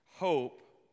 hope